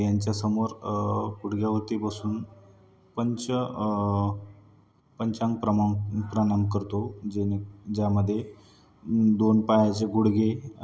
यांच्यासमोर गुडघ्यावरती बसून पंच पंचांग प्रमा प्रणाम करतो ज्याने ज्यामध्ये दोन पायाचे गुडघे